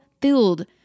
filled